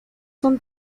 son